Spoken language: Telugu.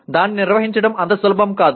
దాన్ని నిర్వహించడం అంత సులభం కాదు